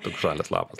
toks žalias lapas